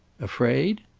afraid?